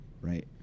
right